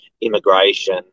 immigration